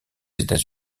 états